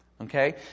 Okay